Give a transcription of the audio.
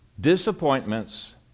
Disappointments